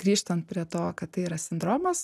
grįžtant prie to kad tai yra sindromas